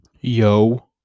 yo